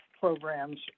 programs